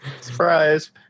Surprise